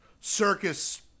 circus